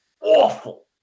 awful